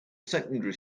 secondary